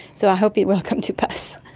so i hope it will come to pass.